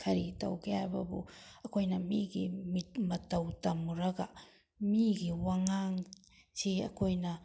ꯀꯔꯤ ꯇꯧꯒꯦ ꯍꯥꯏꯕꯕꯨ ꯑꯩꯈꯣꯏꯅ ꯃꯤꯒꯤ ꯃꯇꯧ ꯇꯝꯃꯨꯔꯒ ꯃꯤꯒꯤ ꯋꯥꯉꯥꯡ ꯑꯁꯤ ꯑꯩꯈꯣꯏꯅ